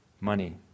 money